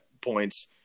points